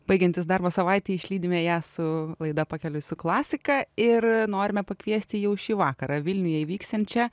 baigiantis darbo savaitei išlydime ją su laida pakeliui su klasika ir norime pakviesti jau šį vakarą vilniuje įvyksiančią